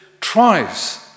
tries